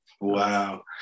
Wow